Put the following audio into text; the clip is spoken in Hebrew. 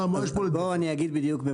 אז בוא אני אגיד בדיוק.